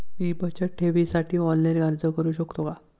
मी बचत ठेवीसाठी ऑनलाइन अर्ज करू शकतो का?